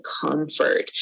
comfort